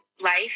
life